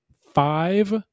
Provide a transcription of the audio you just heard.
five